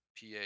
PA